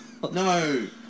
No